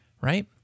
right